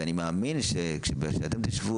ואני מאמין שכשאתם תשבו,